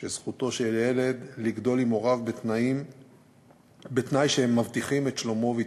שזכותו של ילד לגדול עם הוריו בתנאים שמבטיחים את שלומו והתפתחותו.